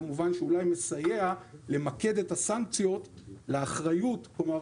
במובן שאולי מסייע למקד את הסנקציות לאחריות.